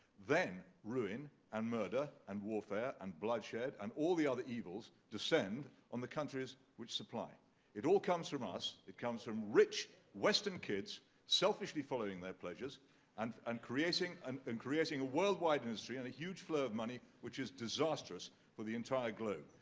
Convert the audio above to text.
then ruin and murder and warfare and bloodshed and all the other evils descend on the countries which supply it. it all comes from us. it comes from rich western kids, selfishly following their pleasures and and creating um and creating a worldwide industry and a huge flow of money which is disasters for the entire globe.